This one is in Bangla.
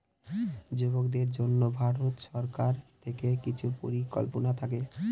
যুবকদের জন্য ভারত সরকার থেকে কিছু পরিকল্পনা থাকে